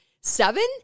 Seven